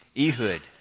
Ehud